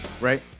Right